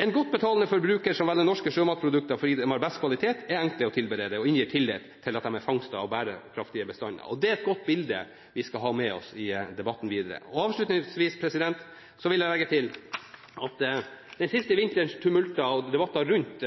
En godt betalende forbruker som velger norske sjømatprodukter fordi de har best kvalitet, fordi de er enkle å tilberede, og fordi de inngir tillit om at de er fangstet og er bærekraftige bestander, er et godt bilde vi skal ha med oss i debatten videre. Avslutningsvis vil jeg legge til at den siste vinterens tumulter og debatter rundt